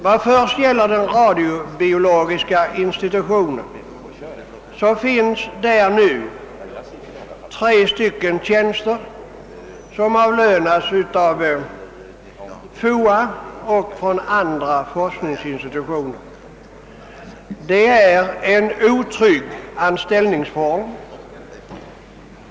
Vid lantbrukshögskolans radiobiologiska institution finns nu tre tjänster som avlönas av FOA och andra forskningsinstitutioner. Detta är en otrygg anställningsform.